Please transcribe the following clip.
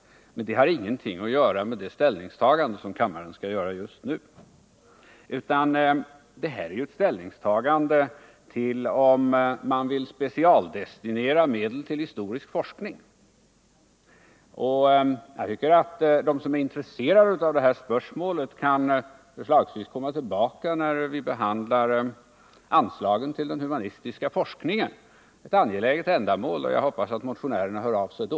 Det har i alla fall ingenting att göra med det ställningstagande som kammaren skall göra just nu, nämligen om man vill specialdestinera medel till historisk forskning. Jag tycker att de som är intresserade av det här spörsmålet förslagsvis kan komma tillbaka när vi behandlar anslagen till den humanistiska forskningen. Det är ett angeläget ändamål, och jag hoppas att motionärerna hör av sig då.